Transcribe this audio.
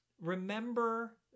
remember